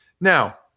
Now